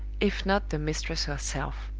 if not the mistress herself.